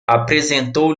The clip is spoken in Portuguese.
apresentou